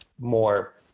more